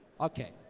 Okay